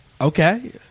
Okay